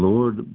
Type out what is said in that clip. Lord